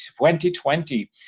2020